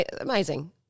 amazing